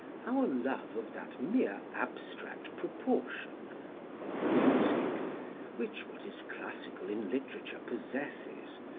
our love of that mere abstract proportion of music which what is classical in literature possesses,